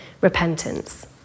repentance